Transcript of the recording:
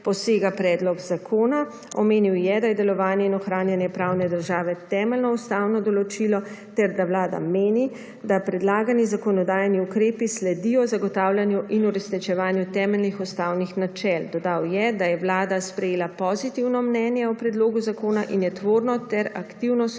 posega predlog zakona. Omenil je, da je delovanje in ohranjanje pravne države temeljno ustavno določilo ter da vlada meni, da predlagani zakonodajni ukrepi sledijo zagotavljanju in uresničevanju temeljnih ustavnih načel. Dodal je, da je vlada sprejela pozitivno mnenje o predlogu zakona in je tvorno ter aktivno sodelovala